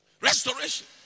Restoration